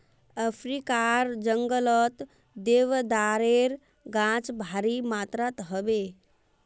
अफ्रीकार जंगलत देवदारेर गाछ भारी मात्रात ह बे